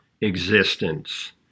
existence